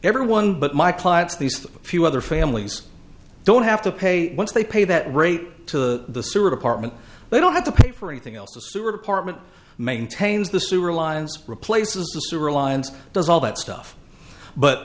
everyone but my clients these few other families don't have to pay once they pay that rate to the sewer department they don't have to pay for anything else the sewer department maintains the sewer lines replaces the sewer lines does all that stuff but